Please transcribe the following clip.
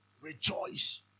Rejoice